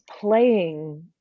playing